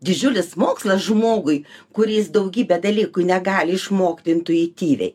didžiulis mokslas žmogui kuris daugybę dalykų negali išmokt intuityviai